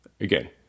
Again